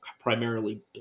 primarily